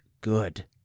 good